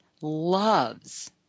loves